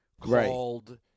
called